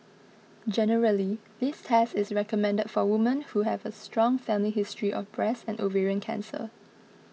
generally this test is recommended for women who have a strong family history of breast and ovarian cancer